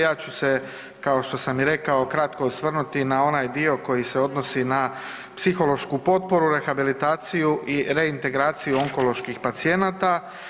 Ja ću se, kao što sam i rekao kratko osvrnuti na onaj dio koji se odnosi na psihološku potporu, rehabilitaciju i reintegraciju onkoloških pacijenata.